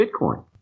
Bitcoin